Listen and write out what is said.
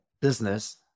business